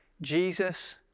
Jesus